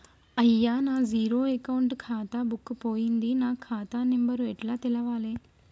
అయ్యా నా zero account ఖాతా బుక్కు పోయింది నా ఖాతా నెంబరు ఎట్ల తెలవాలే?